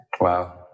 Wow